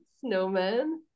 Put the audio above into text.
snowman